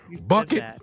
Bucket